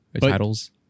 Titles